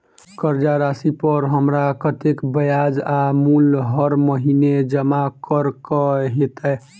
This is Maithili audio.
कर्जा राशि पर हमरा कत्तेक ब्याज आ मूल हर महीने जमा करऽ कऽ हेतै?